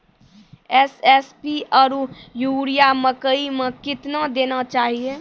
SSP आरु urea मकई मे कितना देना चाहिए?